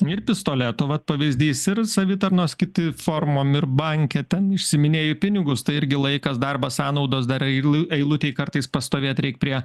ir pistoleto vat pavyzdys ir savitarnos kiti formom ir banke ten išsiiminėju pinigus tai irgi laikas darbo sąnaudos dar eilu eilutėj kartais pastovėt reik prie